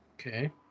Okay